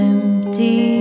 Empty